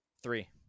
Three